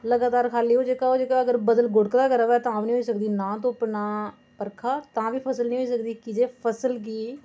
लगातार खा'ल्ली ओह् जेह्का ओह् जेह्का अगर बद्दल खुड़कदा गै रोहे तां बी निं होई सकदी ना धुप्प ना बरखा तां बी फसल निं होई सकदी की जे फसल गी